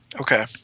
Okay